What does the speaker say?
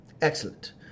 Excellent